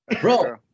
Bro